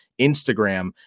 Instagram